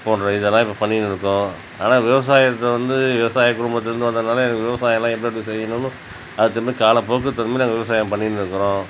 போன்ற இதெல்லாம் இப்போ பண்ணினுருக்கோம் ஆனால் விவசாயத்த வந்து விவசாய குடும்பத்துலேருந்து வந்ததுனால் எனக்கு விவசாயலாம் எப்படி எப்படி செய்யணும்னு அது தெரிந்து காலப்போக்கு தெரிந்து நாங்கள் விவசாயம் பண்ணின்னுருக்கிறோம்